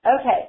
Okay